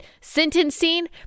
sentencing